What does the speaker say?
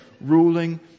ruling